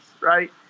right